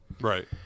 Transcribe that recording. Right